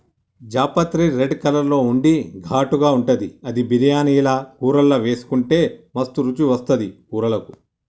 జాపత్రి red colour లో ఉండి ఘాటుగా ఉంటది అది బిర్యానీల కూరల్లా వేసుకుంటే మస్తు రుచి వస్తది కూరలకు